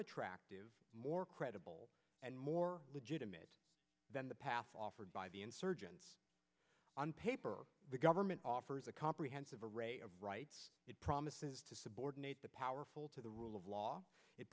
attractive more credible and more legitimate than the path offered by the insurgents on paper the government offers a comprehensive array of rights it promises to subordinate the powerful to the rule of law it